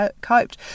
coped